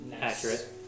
accurate